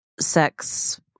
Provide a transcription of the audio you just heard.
sex